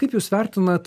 kaip jūs vertinat